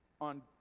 on